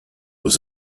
was